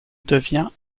devient